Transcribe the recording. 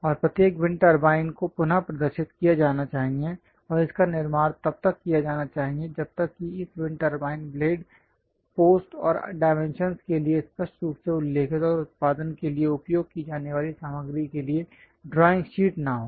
और प्रत्येक wind turbine को पुन प्रदर्शित किया जाना चाहिए और इसका निर्माण तब तक किया जाना चाहिए जब तक कि इस विंड टरबाइन ब्लेड पोस्ट और डायमेंशनस् के लिए स्पष्ट रूप से उल्लेखित और उत्पादन के लिए उपयोग की जाने वाली सामग्री के लिए ड्राइंग शीट न हो